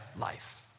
life